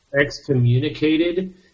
excommunicated